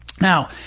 Now